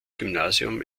gymnasium